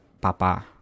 papa